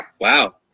Wow